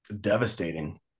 Devastating